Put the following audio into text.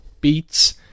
beats